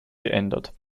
geändert